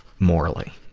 morally.